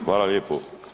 Hvala lijepo.